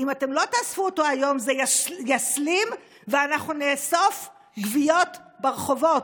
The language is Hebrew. זה יסלים, ואנחנו נאסוף גוויות ברחובות.